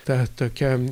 ta tokia